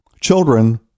Children